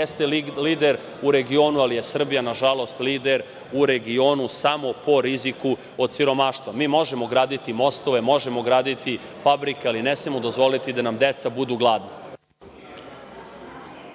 jeste lider u regionu, ali je Srbija, nažalost, lider u regionu samo po riziku od siromaštva. Mi možemo graditi mostove, možemo graditi fabrike, ali ne smemo dozvoliti da nam deca budu gladna. **Veroljub